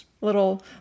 little